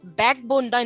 backbone